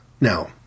Now